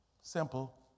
Simple